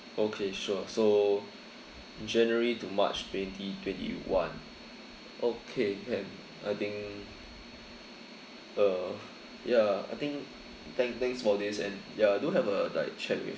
okay sure so january to march twenty twenty one okay can I think uh ya I think thank~ thanks for this and ya do have a like chat with your